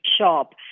shop